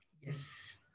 Yes